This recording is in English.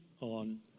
on